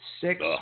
six